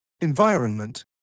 environment